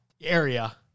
area